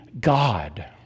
God